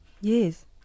Yes